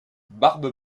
barbe